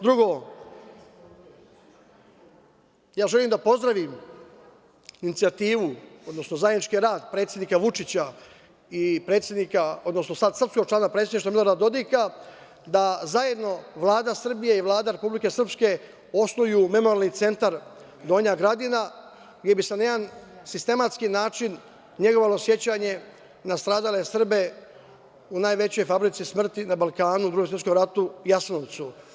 Drugo, ja želim da pozdravim inicijativu, odnosno zajednički rad predsednika Vučića i predsednika, odnosno sad srpskog člana predsedništva Milorada Dodika, da zajedno Vlada Srbije i Vlada Republike Srpske osnuju Memorijalni centar „Donja Gradina“, gde bi se na jedan sistematski način negovalo sećanje na nastradale Srbe u najvećoj fabrici smrti na Balkanu u Drugom svetskom ratu, Jasenovcu.